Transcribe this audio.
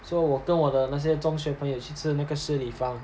so 我跟我的那些中学朋友去吃那个食立方